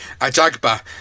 Ajagba